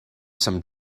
some